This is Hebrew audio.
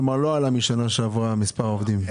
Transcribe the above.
כלומר לא עלה משנה שעברה מספר העובדים.